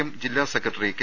M ജില്ലാ secretary K